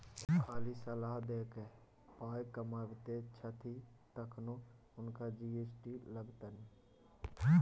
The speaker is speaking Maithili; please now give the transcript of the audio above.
ओ खाली सलाह द कए पाय कमाबैत छथि तखनो हुनका जी.एस.टी लागतनि